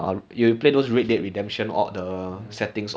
actually for oper years leh for oper years oper years